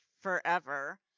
forever